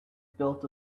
built